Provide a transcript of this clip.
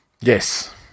Yes